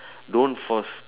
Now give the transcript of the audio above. don't force